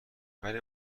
ولی